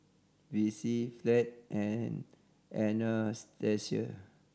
Vicy Fleet and Anastasia